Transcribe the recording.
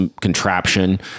contraption